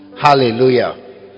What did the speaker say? hallelujah